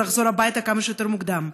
ולחזור הביתה כמה שיותר מוקדם.